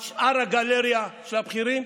על שאר הגלריה של הבכירים.